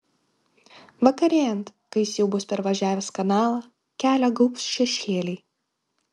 vakarėjant kai jis jau bus pervažiavęs kanalą kelią gaubs šešėliai